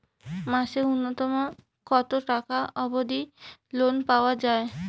মাসে নূন্যতম কতো টাকা অব্দি লোন পাওয়া যায়?